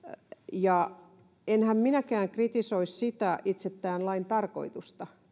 ja enhän minäkään kritisoi itse tämän lain tarkoitusta